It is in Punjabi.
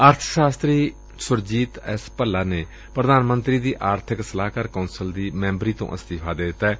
ਅਰਬ ਸ਼ਾਸਤਰੀ ਸੁਰਜੀਤ ਐਸ ਭੱਲਾ ਨੇ ਪ੍ਰਧਾਨ ਮੰਤਰੀ ਦੀ ਆਰਬਿਕ ਸਲਾਹਕਾਰ ਕੌਂਸਲ ਦੀ ਮੈਂਬਰੀ ਤੋਂ ਅਸਤੀਫ਼ਾ ਦੇ ਦਿੱਤੈ